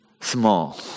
small